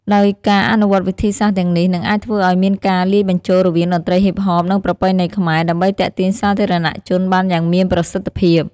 ដោយការអនុវត្តវិធីសាស្ត្រទាំងនេះ នឹងអាចធ្វើឲ្យមានការលាយបញ្ចូលរវាងតន្ត្រីហ៊ីបហប និងប្រពៃណីខ្មែរ ដើម្បីទាក់ទាញសាធារណជនបានយ៉ាងមានប្រសិទ្ធភាព។